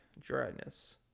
dryness